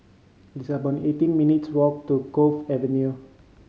it's about eighteen minutes' walk to Cove Avenue